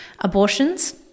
abortions